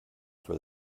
for